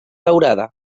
daurada